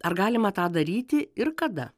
ar galima tą daryti ir kada